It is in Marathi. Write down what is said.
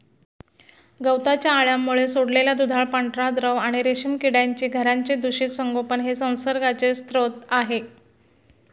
गवताच्या अळ्यांमुळे सोडलेला दुधाळ पांढरा द्रव आणि रेशीम किड्यांची घरांचे दूषित संगोपन हे संसर्गाचे स्रोत आहे